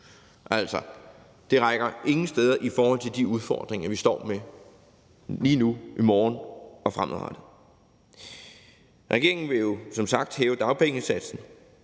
Altså, det rækker ingen steder i forhold til de udfordringer, vi står med lige nu, i morgen og fremadrettet. Regeringen vil jo som sagt hæve dagpengesatsen